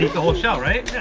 the whole shell right?